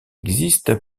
existe